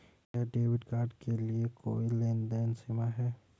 क्या debit card के लिए कोई लेनदेन सीमा है?